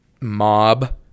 mob